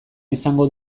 izango